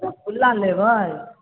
रसगुल्ला लेबै